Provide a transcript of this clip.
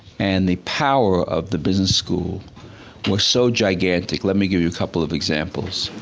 and the power of the business school was so gigantic. let me give you a couple of examples.